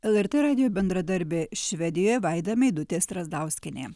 lrt radijo bendradarbė švedijoje vaida meidutė strazdauskienė